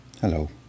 Hello